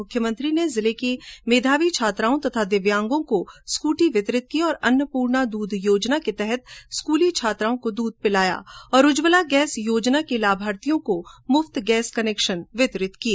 मुख्यमंत्री ने जिले की मेघावी छात्राओं व दिव्यांगों को स्कूटी वितरित की और ॅअन्नपूर्णा दुग्ध योजना के तहत स्कूली छात्राओं को दूध पिलाया उज्जवला गैस योजना के लाभार्थियों को गैस कनेक्शन प्रदान किए